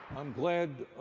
i'm glad